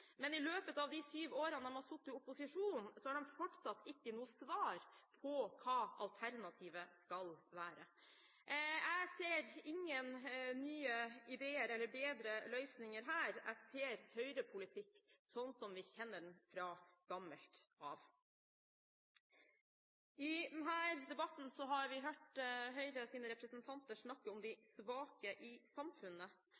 men i løpet av de sju årene de har sittet i opposisjon, har de fortsatt ikke noe svar på hva alternativet skal være. Jeg ser her ingen nye ideer eller bedre løsninger. Jeg ser høyrepolitikk som vi kjenner den fra gammelt av. I denne debatten har vi hørt Høyres representanter snakke om